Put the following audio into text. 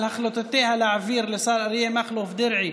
על החלטתה להעביר לשר אריה מכלוף דרעי